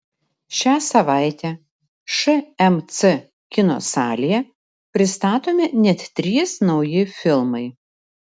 šią savaitę šmc kino salėje pristatomi net trys nauji filmai